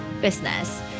business